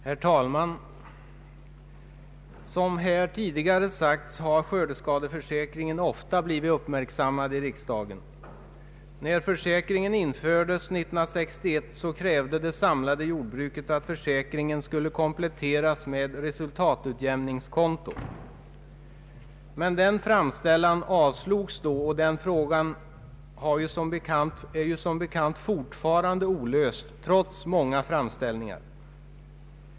Herr talman! Som här tidigare sagts har skördeskadeförsäkringen ofta blivit uppmärksammad i riksdagen. När försäkringen infördes 1961 krävde det samlade jordbruket att försäkringen skulle kompletteras med resultatutjämningskonto. Men den framställningen avslogs då. Denna fråga är ju fortfarande olöst trots många framställningar.